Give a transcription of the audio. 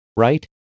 Right